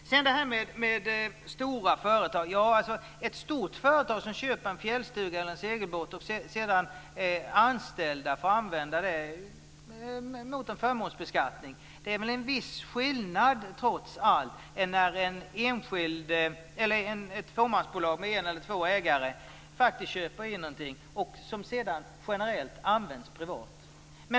Om ett stort företag köper en fjällstuga eller en segelbåt som anställda mot förmånsbeskattning får använda är det väl trots allt en viss skillnad jämfört med om ett fåmansbolag med en eller två ägare köper in något som sedan generellt används privat.